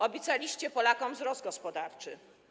Obiecaliście Polakom wzrost gospodarczy.